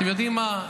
אתם יודעים מה,